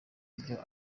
n’ibyo